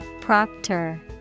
Proctor